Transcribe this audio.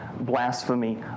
Blasphemy